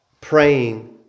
praying